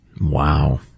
Wow